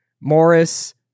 Morris